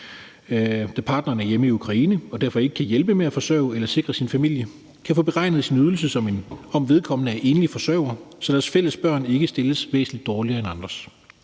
da partneren er hjemme i Ukraine og derfor ikke kan hjælpe med at forsørge eller sikre sin familie, kan få beregnet sin ydelse, som om vedkommende er enlig forsørger, så deres fælles børn ikke stilles væsentlig dårligere end andres.